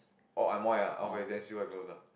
oh Amoy ah then still quite close lah